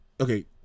Okay